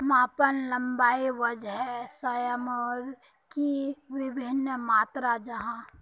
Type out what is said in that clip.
मापन लंबाई वजन सयमेर की वि भिन्न मात्र जाहा?